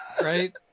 right